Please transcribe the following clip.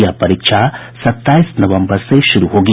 यह परीक्षा सत्ताईस नवम्बर से शुरू होगी